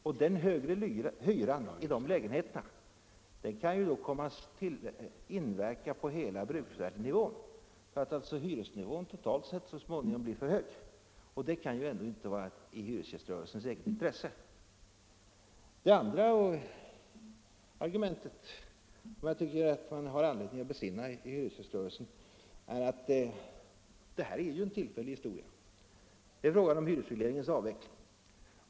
Och den högre hyran för dessa lägenheter kan ju inverka på hela bruksvärdesnivån så att hyresnivån totalt sett så småningom blir för hög — och det kan ju ändå inte vara i hyresgäströrelsens eget intresse. Det andra skälet, som jag tycker man har anledning att besinna i hyresgäströrelsen, är att detta är en tillfällig företeelse. Det är fråga om hyresregleringens avveckling.